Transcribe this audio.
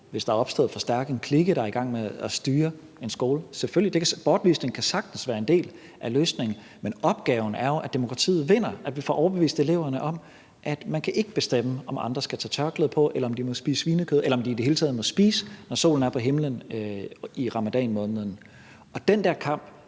hvis der er opstået for stærk en klike, der er i gang med at styre en skole. Selvfølgelig kan bortvisning sagtens være en del af løsningen, men opgaven er jo, at demokratiet vinder, og at vi får overbevist eleverne om, at man ikke kan bestemme, om andre skal tage tørklæde på, eller om de må spise svinekød, eller om de i det hele taget må spise, når solen er på himlen i ramadanmåneden. Og den der kamp